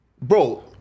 bro